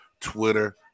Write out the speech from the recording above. Twitter